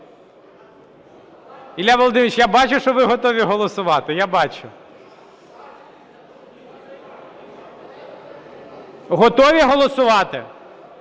Ілля Володимирович, я бачу, що ви готові голосувати, я бачу. Готові голосувати?